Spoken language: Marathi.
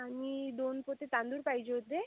आणि दोन पोते तांदूळ पाहिजे होते